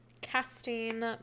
casting